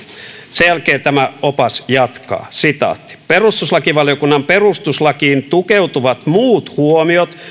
sen jälkeen tämä opas jatkaa perustuslakivaliokunnan perustuslakiin tukeutuvat muut huomiot